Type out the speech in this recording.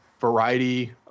variety